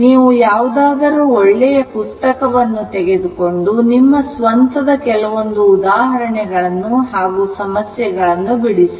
ನೀವು ಯಾವುದಾದರೂ ಒಳ್ಳೆಯ ಪುಸ್ತಕವನ್ನು ತೆಗೆದುಕೊಂಡು ನೀವೇ ಸ್ವಂತವಾಗಿ ಕೆಲವೊಂದು ಉದಾಹರಣೆಗಳನ್ನು ಬಿಡಿಸಿ